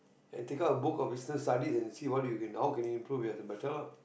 and take out a book of business studies and see what you can how can you improve better lah